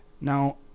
Now